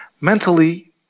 Mentally